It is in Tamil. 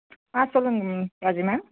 ஆ சொல்லுங்கள் மேம் ராஜி மேம்